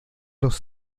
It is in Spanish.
los